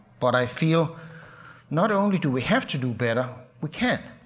but i feel not only do we have to do better, we can.